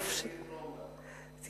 בואי ניתן לך עוד סבבים אחרים, אז, כן.